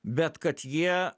bet kad jie